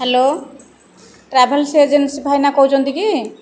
hello travels agency ଭାଇନା କହୁଛନ୍ତି କି